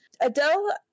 Adele